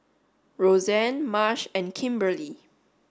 Roseann Marsh and Kimberli